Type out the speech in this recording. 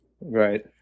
Right